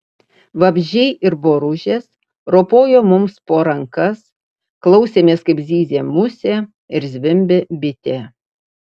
vabzdžiai ir boružės ropojo mums po rankas klausėmės kaip zyzia musė ir zvimbia bitė